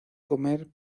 comer